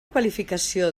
qualificació